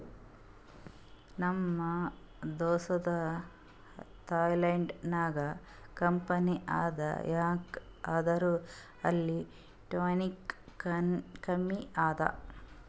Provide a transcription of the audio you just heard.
ನಮ್ ದೋಸ್ತದು ಥೈಲ್ಯಾಂಡ್ ನಾಗ್ ಕಂಪನಿ ಅದಾ ಯಾಕ್ ಅಂದುರ್ ಅಲ್ಲಿ ಟ್ಯಾಕ್ಸ್ ಕಮ್ಮಿ ಅದಾ